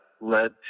led